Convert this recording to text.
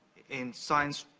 in science,